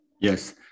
yes